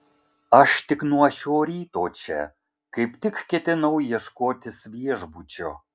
aš tik nuo šio ryto čia kaip tik ketinau ieškotis viešbučio